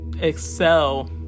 excel